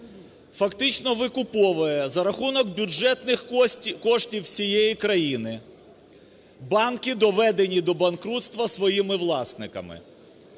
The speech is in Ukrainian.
фактично викуповує за рахунок бюджетних коштів всієї країни банки, доведені до банкрутства своїми власниками,